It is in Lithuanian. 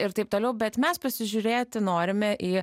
ir taip toliau bet mes pasižiūrėti norime į